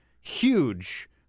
huge